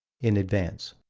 in advance.